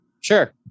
Sure